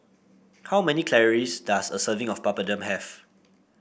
how many calories does a serving of Papadum have